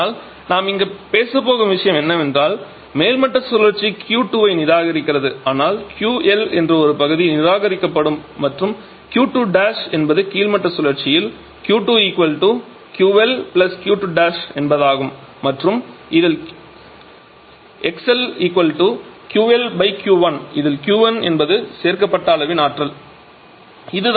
ஆனால் நாம் இங்கு பேசப் போகும் விஷயம் என்னவென்றால் மேல்மட்ட சுழற்சி Q2 ஐ நிராகரிக்கிறது ஆனால் QL என்று ஒரு பகுதியை நிராகரிக்கப் படும் மற்றும் Q2 என்பது கீழ்மட்ட சுழற்சியில் Q2 QL Q2 என்பதாகும் மற்றும் 𝑥𝐿 𝑄𝐿 𝑄1 இதில் Q1 என்பது சேர்க்கப்பட்ட ஆற்றலின் அளவு